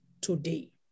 today